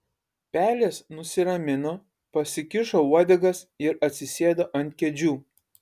pelės nusiramino pasikišo uodegas ir atsisėdo ant kėdžių